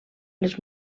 les